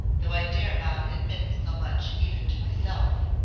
though i dare not admit so much even to myself.